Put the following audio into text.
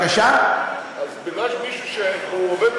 אז מפני שמישהו שעובד במשמרת,